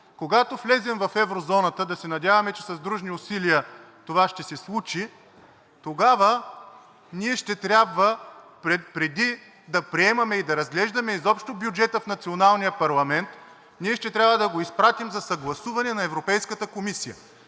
когато влезем в еврозоната – да се надяваме, че с дружни усилия това ще се случи, тогава, преди да приемаме и да разглеждаме изобщо бюджета в националния парламент, ние ще трябва да го изпратим за съгласуване на Европейската комисия.